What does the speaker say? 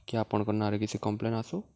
କି ଆପଣ୍କର୍ ନାଁରେ କିଛି କମ୍ପ୍ଲେନ୍ ଆସୁ